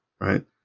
right